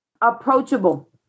approachable